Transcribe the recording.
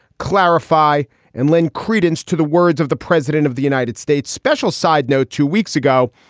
clarify and lend credence to the words of the president of the united states special side. no. two weeks ago,